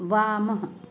वामः